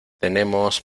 tenemos